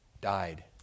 died